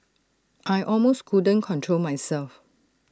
I almost couldn't control myself